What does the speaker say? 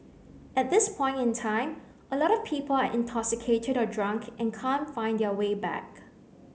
at this point in time a lot of people are intoxicated or drunk and can't find their way back